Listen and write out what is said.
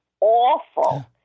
awful